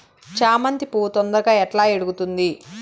చామంతి పువ్వు తొందరగా ఎట్లా ఇడుగుతుంది?